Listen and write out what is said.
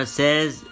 says